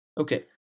Okay